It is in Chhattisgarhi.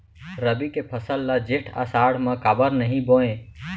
रबि के फसल ल जेठ आषाढ़ म काबर नही बोए?